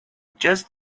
just